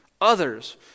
others